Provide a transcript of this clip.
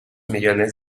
millones